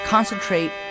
Concentrate